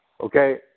okay